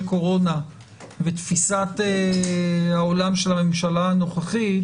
קורונה ותפיסת העולם של הממשלה הנוכחית,